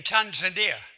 Tanzania